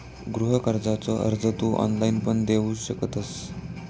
गृह कर्जाचो अर्ज तू ऑनलाईण पण देऊ शकतंस